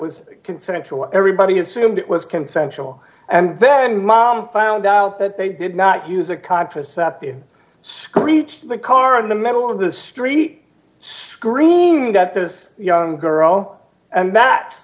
was consensual everybody assumed it was consensual and then mom found out that they did not use a contraceptive screech the car in the middle of the street screamed up to this young girl and that